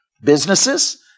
businesses